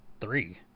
three